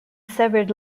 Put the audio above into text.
severed